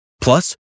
Plus